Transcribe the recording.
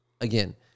again